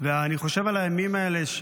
אני חושב על הימים האלה,